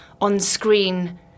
on-screen